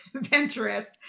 adventurous